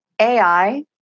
AI